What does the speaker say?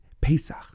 Pesach